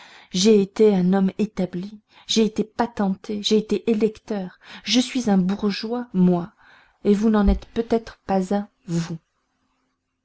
j'ai été un homme établi j'ai été patenté j'ai été électeur je suis un bourgeois moi et vous n'en êtes peut-être pas un vous